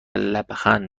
لبخند